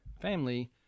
family